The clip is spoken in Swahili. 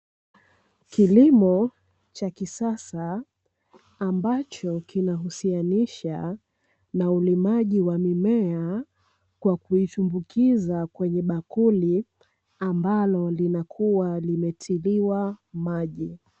Kilimo cha kisasa ambacho kinahusianisha na ulimaji wa mimea kwa kuitumbukiza kwenye bakuli, ambalo linakuwa limetiliwa maji.